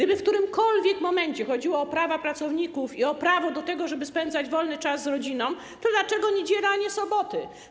Jeśli w którymkolwiek momencie chodziło o prawa pracowników i o prawo do tego, żeby spędzać wolny czas z rodziną, to dlaczego wybraliście niedziele, a nie soboty?